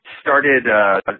started